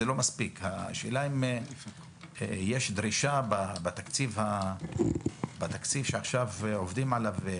השאלה אם יש דרישה בתקציב שעובדים עליו עכשיו,